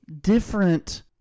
different